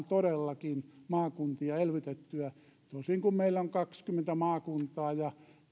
todellakin maakuntia elvytettyä tosin kun meillä on kaksikymmentä maakuntaa ja